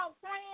friends